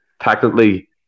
technically